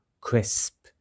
Crisp